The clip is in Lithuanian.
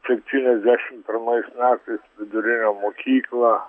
septyniasdešim pirmais metais vidurinę mokyklą